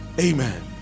amen